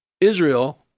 Israel